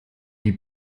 die